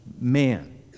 man